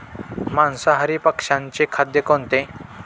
मांसाहारी पक्ष्याचे खाद्य कोणते?